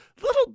Little